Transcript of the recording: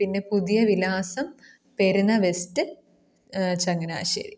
പിന്നെ പുതിയ വിലാസം പെരുന്ന വെസ്റ്റ് ചങ്ങനാശ്ശേരി